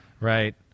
right